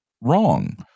wrong